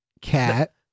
cat